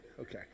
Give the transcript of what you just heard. Okay